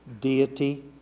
deity